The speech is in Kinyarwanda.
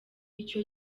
icyo